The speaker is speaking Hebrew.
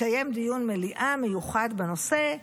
לקיים דיון מליאה מיוחד בנושא,